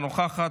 אינה נוכחת,